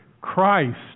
Christ